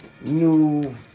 new